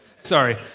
sorry